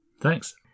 Thanks